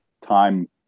time